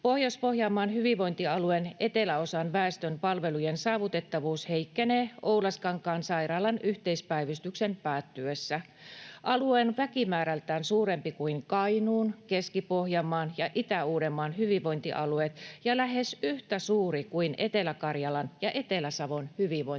Pohjois-Pohjanmaan hyvinvointialueen eteläosan väestön palvelujen saavutettavuus heikkenee Oulaskankaan sairaalan yhteispäivystyksen päättyessä. Alue on väkimäärältään suurempi kuin Kainuun, Keski-Pohjanmaan ja Itä-Uudenmaan hyvinvointialueet ja lähes yhtä suuri kuin Etelä-Karjalan ja Etelä-Savon hyvinvointialueet.